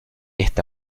esta